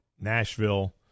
nashville